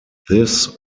this